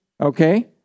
okay